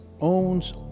owns